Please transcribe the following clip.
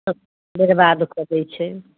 सब बर्बाद कऽ दैत छै